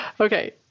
Okay